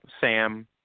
Sam